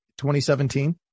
2017